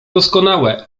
doskonałe